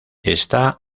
está